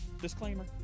Disclaimer